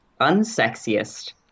unsexiest